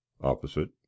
opposite